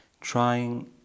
trying